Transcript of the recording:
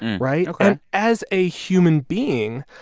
right? ok and as a human being,